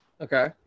Okay